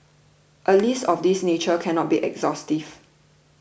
a list of this nature cannot be exhaustive